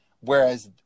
Whereas